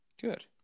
Good